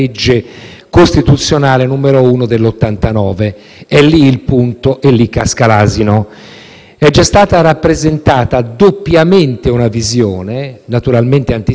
È già stata rappresentata doppiamente una visione naturalmente antitetica, tanto che abbiamo due relazioni di minoranza ed una relazione di maggioranza,